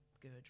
good